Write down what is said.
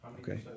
Okay